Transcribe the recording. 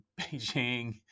Beijing